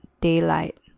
daylight